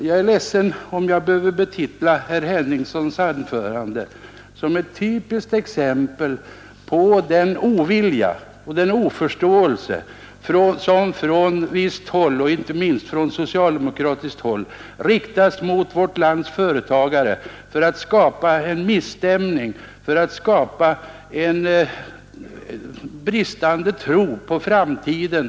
Jag är ledsen om jag behöver betitla herr Henningssons anförande som ett typiskt exempel på den ovilja och den oförståelse som från visst håll — inte minst från socialdemokrater — visas mot vårt lands företagare för att skapa en misstämning och en bristande tro på framtiden.